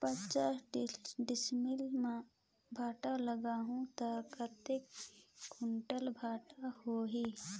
पचास डिसमिल मां भांटा लगाहूं ता कतेक कुंटल भांटा होही?